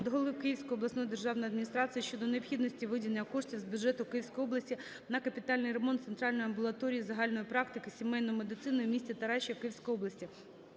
до голови Київської обласної державної адміністрації щодо необхідності виділення коштів з бюджету Київської області на капітальний ремонт центральної амбулаторії загальної практики сімейної медицини в місті Тараща Київської області.